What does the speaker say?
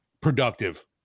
productive